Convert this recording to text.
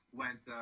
went